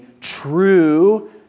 true